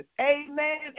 Amen